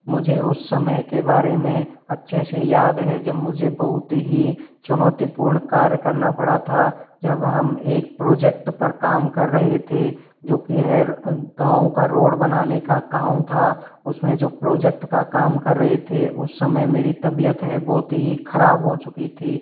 मुझे उस समय के बारे में अच्छे से याद है जब मुझे बहुत ही चुनौतीपूर्ण कार्य करना पड़ा था जब हम एक प्रोजेक्ट पर काम कर रहे थे जो की है गाँव का रोड बनाने का काम था उसमें जो प्रोजेक्ट का काम कर रहे थे उस समय मेरी तबीयत है बहुत ही खराब हो चुकी थी